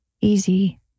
easy